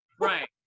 Right